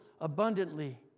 abundantly